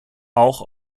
auch